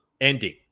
ending